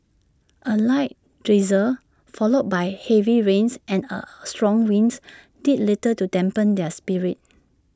A light drizzle followed by heavy rains and A strong winds did little to dampen their spirits